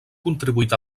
contribuït